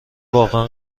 واقعا